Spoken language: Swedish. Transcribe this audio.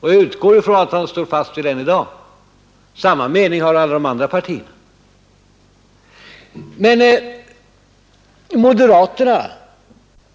och jag utgår från att han står fast vid den än i dag.